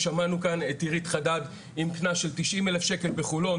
שמענו כאן את עירית חדד עם קנס של 90,000 שקל בחולון,